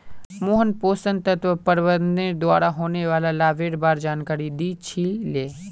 मोहन पोषण तत्व प्रबंधनेर द्वारा होने वाला लाभेर बार जानकारी दी छि ले